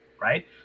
right